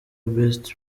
best